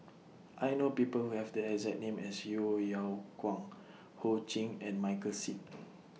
I know People Who Have The exact name as Yeo Yeow Kwang Ho Ching and Michael Seet